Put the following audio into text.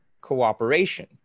cooperation